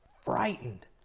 frightened